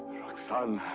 roxane